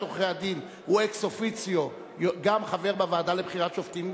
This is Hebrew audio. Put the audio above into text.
עורכי-הדין הוא אקס-אופיציו גם חבר בוועדה לבחירת שופטים,